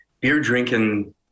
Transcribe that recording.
beer-drinking